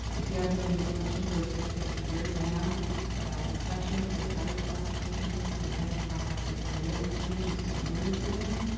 if you have any questions that are specific to your dam about inspections or hazard classifications, go ahead and contact your area engineer who's familiar with your dam.